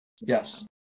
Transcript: Yes